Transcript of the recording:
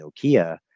Nokia